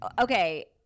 Okay